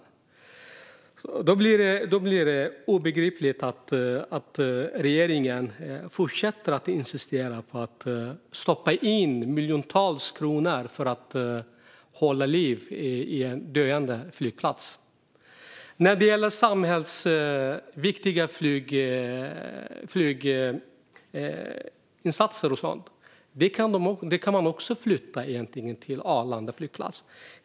Då blir det obegripligt att regeringen fortsätter att insistera på att stoppa in miljontals kronor för att hålla liv i en döende flygplats. När det gäller samhällsviktiga flyginsatser kan sådana egentligen också flyttas till Arlanda flygplats.